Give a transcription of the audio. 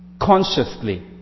consciously